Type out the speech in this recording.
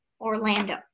Orlando